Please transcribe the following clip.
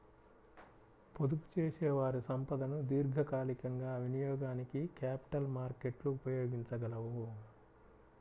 పొదుపుచేసేవారి సంపదను దీర్ఘకాలికంగా వినియోగానికి క్యాపిటల్ మార్కెట్లు ఉపయోగించగలవు